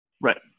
right